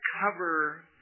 cover